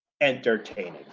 entertaining